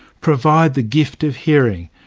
provide the gift of hearing,